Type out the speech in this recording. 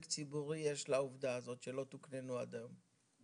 ציבורי יש לעובדה הזאת שלא תוקננו עד היום?